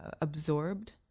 absorbed